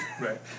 Right